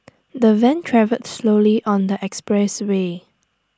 the van travelled slowly on the expressway